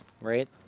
right